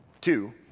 two